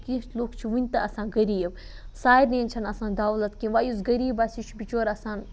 کینٛہہ لُکھ چھِ وٕنہِ تہٕ آسان غریٖب سارنے چھَنہٕ آسان دولت کیںٛہہ وۄںۍ یُس غریٖب آسہِ یہِ چھُ بِچور آسان